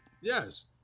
Yes